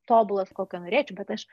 tobulas kokio norėčiau bet aš